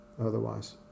otherwise